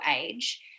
age